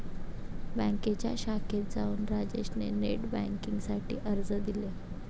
बँकेच्या शाखेत जाऊन राजेश ने नेट बेन्किंग साठी अर्ज दिले